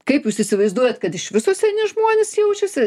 kaip jūs įsivaizduojat kad iš viso seni žmonės jaučiasi